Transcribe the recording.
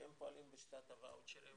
שהם פועלים בשיטת הוואוצ'רים.